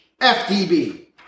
F-D-B